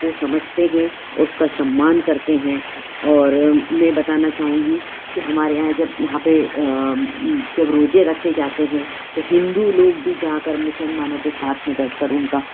को समझते हैं और उसका सम्मान करते हैं और मैं बताना चाहूँगी कि हमारे यहाँ जब यहाँ पर जब रोज़े रखे जाते हैं तो हिन्दू लोग भी जाकर मुसलमानों के साथ में बैठकर उनका